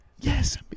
Yes